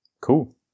Cool